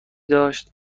داشت